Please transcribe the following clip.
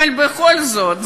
בכל זאת,